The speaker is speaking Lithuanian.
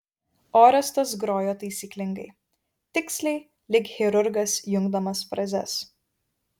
orestas grojo taisyklingai tiksliai lyg chirurgas jungdamas frazes